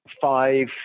five